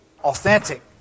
authentic